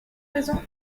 maison